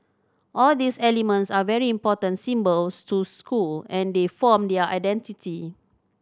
all these elements are very important symbols to school and they form their identity